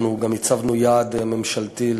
אנחנו גם הצבנו יעד ממשלתי: